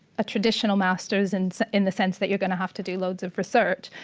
a traditional masters and in the sense that you're going to have to do loads of research,